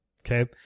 Okay